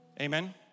Amen